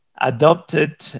adopted